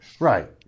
Right